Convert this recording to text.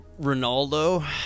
Ronaldo